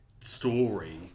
story